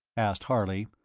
asked harley,